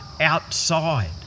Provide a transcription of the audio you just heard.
outside